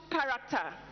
character